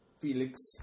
Felix